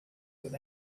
with